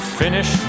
finish